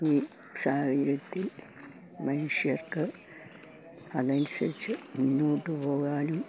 ഈ സാഹചര്യത്തിൽ മനുഷ്യർക്ക് അതനുസരിച്ച് മുന്നോട്ടുപോകാനും